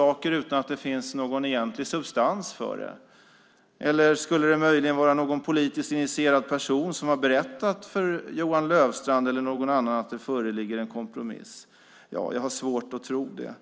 något utan att det egentligen finns substans i det? Eller har möjligen någon politiskt initierad person berättat för Johan Löfstrand eller någon annan att det föreligger en kompromiss? Jag har svårt att tro det.